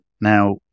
Now